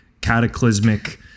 cataclysmic